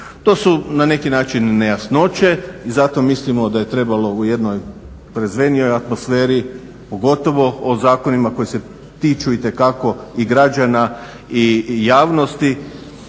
To su na neki način nejasnoće i zato mislimo da je trebalo u jednoj trezvenijoj atmosferi, pogotovo o zakonima koji se tiču itekako i građana i javnosti